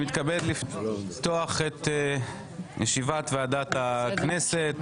אני מתכבד לפתוח את ישיבת ועדת הכנסת.